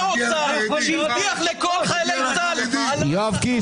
שר אוצר שהבטיח לכל חיילי צה"ל עליית שכר --- יואב קיש,